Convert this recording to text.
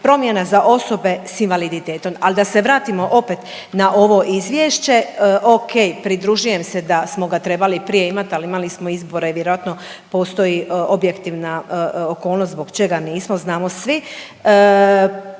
promjena za osobe s invaliditetom. Al da se vratimo opet na ovo izvješće, ok, pridružujem se da smo ga trebali prije imat, ali imali smo izbore i vjerojatno postoji objektivna okolnost zbog čega nismo znamo svi,